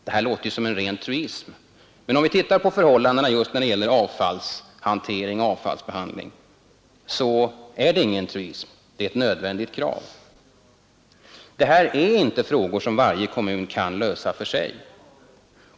Det låter som en truism, men om vi tittar på förhållandena just när det gäller avfallshantering och avfallsbehandling, så är det ingen truism, utan det är ett nödvändigt krav. Det här är inte frågor som varje kommun kan lösa för sig.